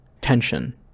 tension